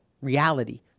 reality